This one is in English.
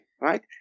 right